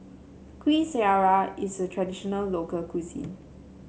Kuih Syara is a traditional local cuisine